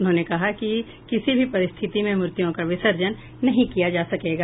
उन्होंने कहा कि किसी भी परिस्थिति में मूर्तियों का विसर्जन नहीं किया जा सकेगा